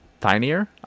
tinier